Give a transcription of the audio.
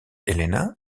helena